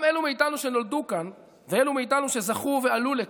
גם אלה מאיתנו שנולדו כאן ואלו מאיתנו שזכו ועלו לכאן,